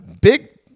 Big